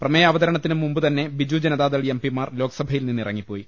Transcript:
പ്രമേയാവതരണത്തിന് മുമ്പുതന്നെ ബിജു ജനതാദൾ എം പിമാർ ലോക്സഭയിൽ നിന്നിറങ്ങിപ്പോയി